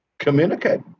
communicate